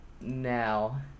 now